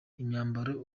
imyambaro